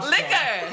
Liquor